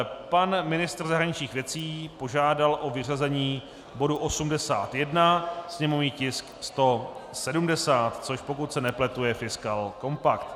Pan ministr zahraničních věcí požádal o vyřazení bodu 81, sněmovní tisk 170, což pokud se nepletu je fiskální kompakt.